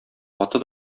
аты